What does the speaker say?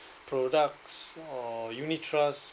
products or unit trust